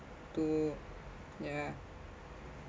to ya